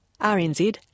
RNZ